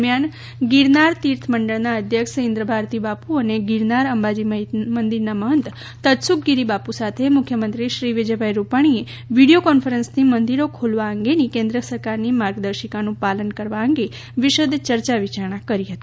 દરમ્યાન ગિરનાર તીર્થમંડળના અધ્યક્ષ ઇન્ટ્રભારતી બાપુ અને ગિરનાર અંબાજી મંદિરના મંહત તત્સુખ ગીરી બાપુ સાથે મુખ્યમંત્રીશ્રી વિજય રૂપાણીએ વિડિયો કોન્ફરન્સથી મંદિરો ખોલવા અંગેની કેન્મ સરકારની માર્ગદર્શિકાનું પાલન કરવા અંગે વિશદ ચર્ચા વિચારણા કરી હતી